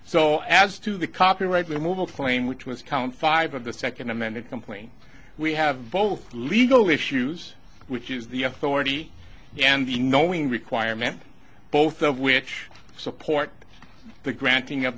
so as to the copyright removal flame which was count five of the second amended complaint we have both legal issues which is the authority and the knowing requirement both of which support the granting